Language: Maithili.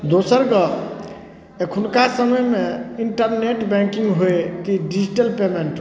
दोसर गॉप एखुनका समय मे इन्टरनेट बैंकिंग होइ कि डिजिटल पेमेन्ट होइ